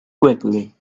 quickly